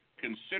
consider